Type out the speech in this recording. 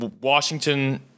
Washington